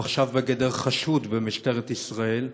הוא עכשיו בגדר חשוד במשטרת ישראל.